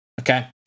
Okay